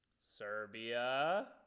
Serbia